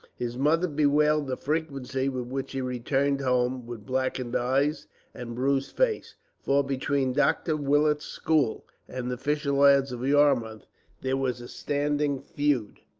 his mother bewailed the frequency with which he returned home with blackened eyes and bruised face for between dr. willet's school and the fisher lads of yarmouth there was a standing feud,